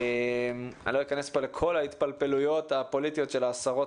אני לא אכנס פה לכל ההתפלפלויות הפוליטיות של עשרות